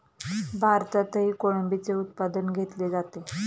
भारतातही कोळंबीचे उत्पादन घेतले जाते